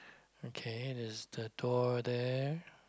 okay there's the door there